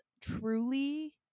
truly